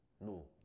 No